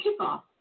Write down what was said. kickoff